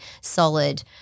solid